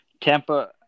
Tampa